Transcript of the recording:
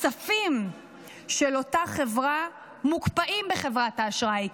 הכספים של אותה חברה מוקפאים בחברת האשראי,